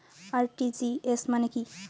RTGS মানে কি?